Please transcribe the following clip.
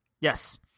Yes